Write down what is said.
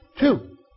two